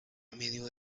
medio